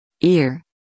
ear